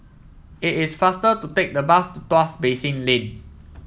it is faster to take the bus to Tuas Basin Lane